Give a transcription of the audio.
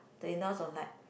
the in laws don't like